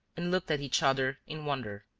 and looked at each other in wonder.